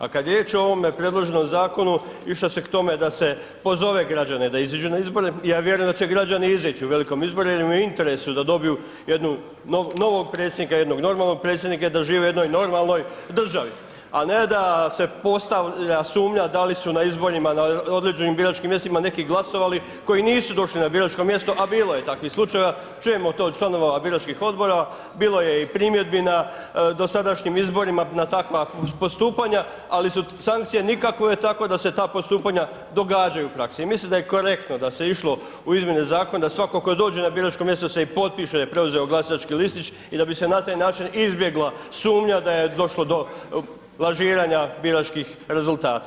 A kad je riječ o ovome predloženome zakonu išlo se k tome da se pozove građane da iziđu na izbore i ja vjerujem da će građani izić u velikom na izbore jer im je interesu da dobiju jednog novog predsjednika, jednog normalnog predsjednika i da živi u jednoj normalnoj državi a ne da se postavlja sumnja da li su na izborima, na određenim biračkim mjestima neki glasovali koji nisu došli na biračko mjesto a bilo je takvih slučajeva, čujemo to od članova biračkih odbora, bilo je i primjedbi na dosadašnjim izborima na takva postupanja ali sankcije nikakve tako da se a postupanja događaju u praksi i mislim da je korektno da se išlo u izmjene zakona da svatko tko dođe na biračko mjesto da se i potpiše da je preuzeo glasački listić i da bi se na taj način izbjegla sumnja da je došlo do lažiranja biračkih rezultata.